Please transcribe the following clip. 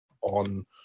on